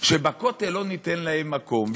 שבכותל ניתן להם מקום.